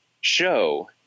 show